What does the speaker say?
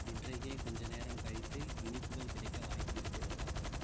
இன்றைக்கே கொஞ்சம் நேரம் கழித்து இனிப்புகள் கிடைக்க வாய்ப்பு இருக்கிறதா